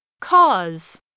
cause